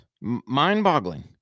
Mind-boggling